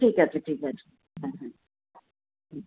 ঠিক আছে ঠিক আছে হ্যাঁ হ্যাঁ হুম